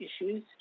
issues